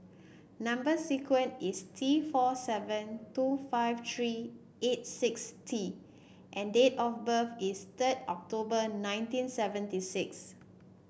number sequence is T four seven two five three eight six T and date of birth is third October nineteen seventy six